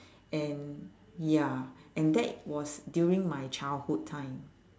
and ya and that was during my childhood time